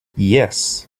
yes